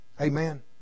Amen